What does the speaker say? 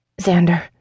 Xander